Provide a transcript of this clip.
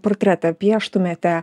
portretą pieštumėte